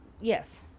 Yes